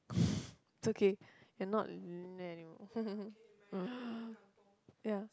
it's okay you are not living there anymore yeah